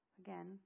Again